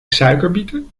suikerbieten